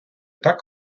так